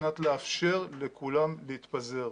על מנת לאפשר לכולם להתפזר,